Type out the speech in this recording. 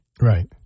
Right